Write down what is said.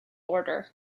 order